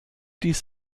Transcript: dies